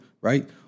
Right